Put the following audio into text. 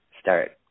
start